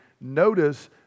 notice